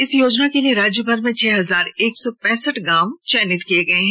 इस योजना के लिए राज्यभर में छह हजार एक सौ पैंसठ गांव चयनित किए गए हैं